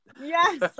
Yes